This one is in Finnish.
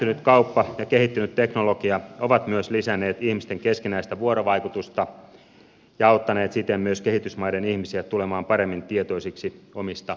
lisääntynyt kauppa ja kehittynyt teknologia ovat myös lisänneet ihmisten keskinäistä vuorovaikutusta ja auttaneet siten myös kehitysmaiden ihmisiä tulemaan paremmin tietoisiksi omista oikeuksistaan